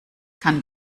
kann